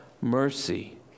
mercy